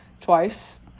twice